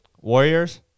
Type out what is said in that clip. Warriors